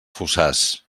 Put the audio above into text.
fossars